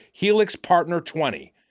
HELIXPARTNER20